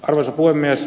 arvoisa puhemies